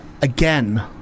again